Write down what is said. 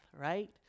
right